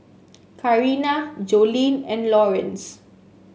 Carina Jolene and Lawrence